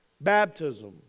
baptism